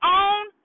own